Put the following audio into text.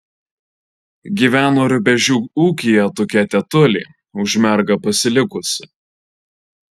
gyveno rubežių ūkyje tokia tetulė už mergą pasilikusi